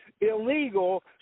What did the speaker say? illegal